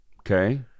okay